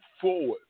forward